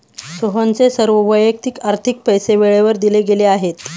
सोहनचे सर्व वैयक्तिक आर्थिक पैसे वेळेवर दिले गेले आहेत